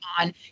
on